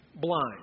blind